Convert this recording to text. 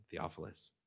Theophilus